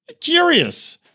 Curious